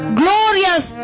glorious